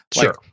Sure